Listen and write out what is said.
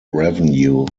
revenue